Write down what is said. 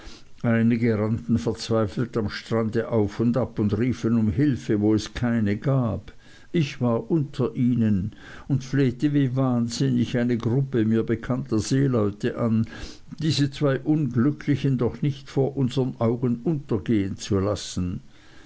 einige rannten verzweifelt am strande auf und ab und riefen um hilfe wo es keine gab ich war unter ihnen und flehte wie wahnsinnig eine gruppe mir bekannter seeleute an diese zwei unglücklichen doch nicht vor unsern augen untergehen zu lassen